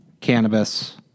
cannabis